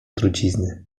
trucizny